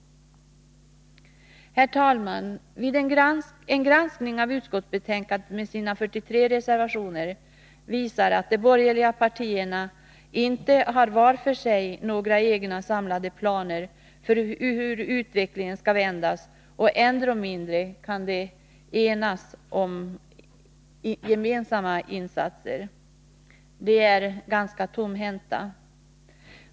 Herr talman! En granskning av utskottsbetänkandet med sina 43 reservationer visar att de borgerliga partierna inte har vart för sig några egna samlade planer för hur utvecklingen skall vändas. Ändå mindre kan de enas Nr 143 om gemensamma insatser. De är ganska tomhänta.